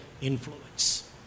influence